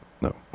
No